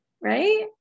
right